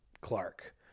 Clark